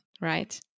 right